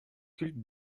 cultes